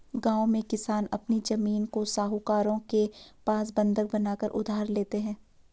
गांव में किसान अपनी जमीन को साहूकारों के पास बंधक बनाकर उधार लेते हैं